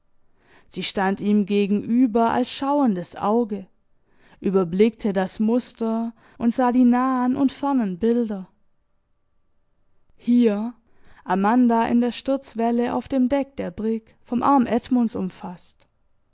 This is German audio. sie stand ihm gegenüber als schauendes auge überblickte das muster und sah die nahen und fernen bilder hier amanda in der sturzwelle auf dem deck der brigg vom arm edmunds umfaßt